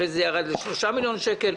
ואחרי כן זה ירד ל-3 מיליון שקלים?